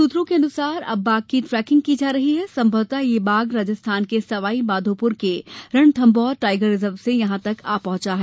सूत्रों के मुताबिक अब बाघ की ट्रेकिंग की जा रही है संभवतः यह बाघ राजस्थान के सवाई माधोपुर के रणथंभोर टाइगर रिजर्व से यहां तक आ पहुंचा है